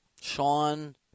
Sean